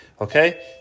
Okay